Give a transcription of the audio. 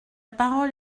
parole